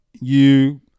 you-